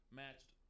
matched